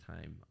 time